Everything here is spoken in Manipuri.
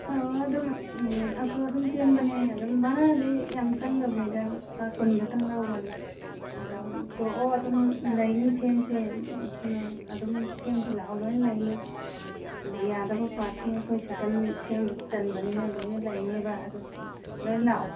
ꯑꯣ ꯑꯗꯨꯝ ꯑꯣꯇꯣ ꯑꯗꯨꯝ ꯆꯦꯟꯕꯅꯦ ꯑꯗꯨꯝ ꯚꯔꯥꯗꯤ ꯌꯥꯝ ꯆꯪꯗꯕꯅꯤꯗ ꯂꯨꯄꯥ ꯀꯨꯟ ꯈꯛꯇꯪ ꯂꯧꯕꯅꯤ ꯑꯗꯨ ꯄꯨꯔꯛꯑꯣ ꯑꯗꯨꯝ ꯂꯩꯅꯤ ꯁꯦꯝꯁꯦ ꯅꯣꯏ ꯑꯗꯨꯝ ꯁꯦꯝꯁꯤ ꯂꯥꯛꯑꯣ ꯂꯣꯏꯅ ꯂꯩꯅꯤ ꯌꯥꯗꯕ ꯄꯥꯠꯈꯩ ꯑꯩꯈꯣꯏ ꯁꯥꯏꯀꯟ ꯆꯟꯕꯅꯤꯅ ꯂꯣꯏꯅ ꯂꯩꯅꯦꯕ ꯑꯗꯨ ꯂꯣꯏꯅ ꯂꯥꯛꯎ